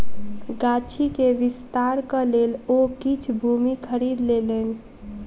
गाछी के विस्तारक लेल ओ किछ भूमि खरीद लेलैन